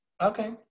Okay